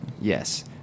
Yes